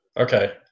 Okay